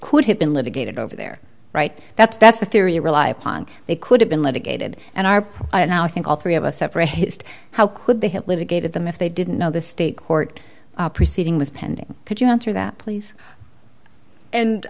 could have been litigated over their right that's that's the theory you rely upon they could have been litigated and are now i think all three of us have raised how could they have litigated them if they didn't know the state court proceeding was pending could you answer that please and